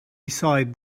beside